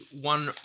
one